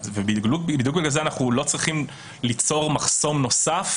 בדיוק בגלל זה אנחנו לא צריכים ליצור מחסום נוסף